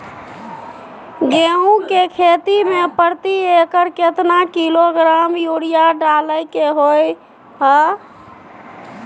गेहूं के खेती में प्रति एकर केतना किलोग्राम यूरिया डालय के होय हय?